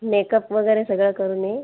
makeup वगैरे सगळं करून ये